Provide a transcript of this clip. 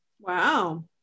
Wow